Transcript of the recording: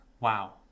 Wow